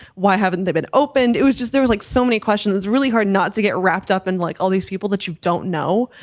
why haven't they been opened? it was just there was like so many questions. it's really hard not to get wrapped up in like all these people that you don't know.